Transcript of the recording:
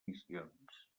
missions